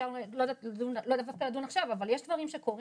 אפשר לאו דווקא לדון עכשיו אבל יש דברים שקורים,